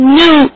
new